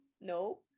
no